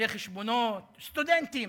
מנהלי חשבונות, סטודנטים,